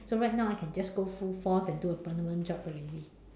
so right now I can just go full force and then do a permanent job already